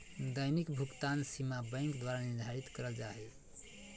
दैनिक भुकतान सीमा बैंक द्वारा निर्धारित करल जा हइ